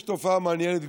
יש תופעה מעניינת,